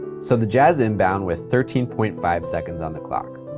so the jazz inbound with thirteen point five seconds on the clock.